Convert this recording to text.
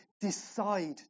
decide